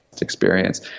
experience